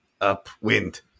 upwind